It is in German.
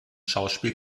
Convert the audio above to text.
schauspiel